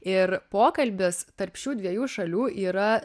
ir pokalbis tarp šių dviejų šalių yra